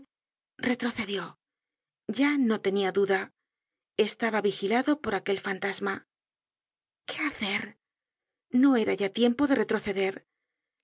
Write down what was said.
retrocedió ya no tenia duda estaba vigilado por aquel fantasma qué hacer no era ya tiempo de retroceder